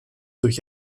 durch